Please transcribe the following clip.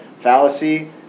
fallacy